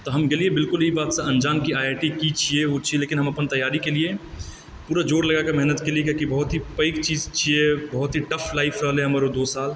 तऽ हम गेलिऐ बिल्कुल ई बातसँ अन्जान की आइ आइ टी की छिऐ ओ छिऐ लेकिन हम अपन तैयारी केलिऐ पूरा जोर लगाके मेहनत केलिऐ किआकि बहुत ही पैघ चीज छिऐ बहुत ही टफ लाइफ रहलए हमर ओ दू साल